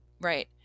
right